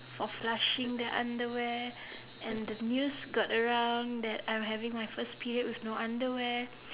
for flushing the underwear and the news got around that I'm having my first period with no underwear